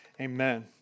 amen